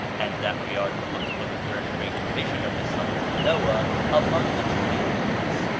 and that we are to look for the third great division of the sons of noah among the turanians?